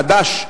החדש,